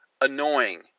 annoying